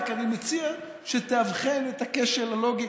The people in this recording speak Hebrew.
רק אני מציע שתאבחן את הכשל הלוגי.